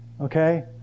okay